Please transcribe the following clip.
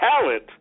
talent